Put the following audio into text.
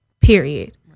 period